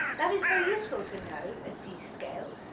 that is very useful to know, a d scale,